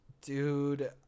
dude